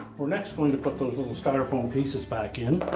we're next going to put those little styrofoam pieces back in.